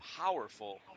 powerful